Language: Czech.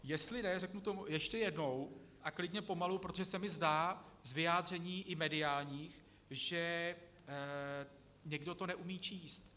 Jestli ne, řeknu to ještě jednou a klidně pomalu, protože se mi zdá z vyjádření i mediálních, že někdo to neumí číst.